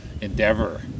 endeavor